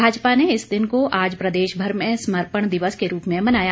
भाजपा ने इस दिन को आज प्रदेश भर में समर्पण दिवस के रूप में मनाया